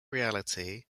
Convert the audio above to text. reality